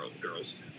girls